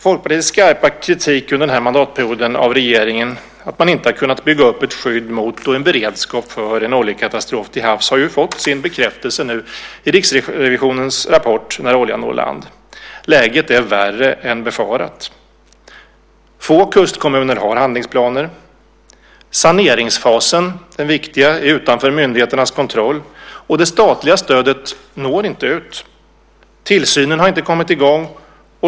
Folkpartiets skarpa kritik av regeringen under den här mandatperioden för att den inte har kunnat bygga upp ett skydd mot och en beredskap för en oljekatastrof till havs har ju fått sin bekräftelse nu i Riksrevisionens rapport När oljan når land . Läget är värre än befarat. Få kustkommuner har handlingsplaner. Saneringsfasen, den viktiga, är utanför myndigheternas kontroll. Det statliga stödet når inte ut. Tillsynen har inte kommit i gång.